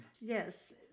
Yes